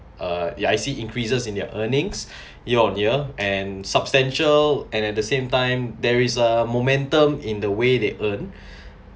uh ya I see increases in their earnings year on year and substantial and at the same time there is a momentum in the way they earn